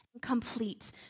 complete